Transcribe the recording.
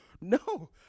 no